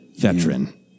veteran